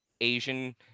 Asian